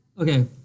okay